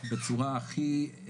בצורה הכי,